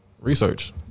research